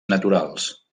naturals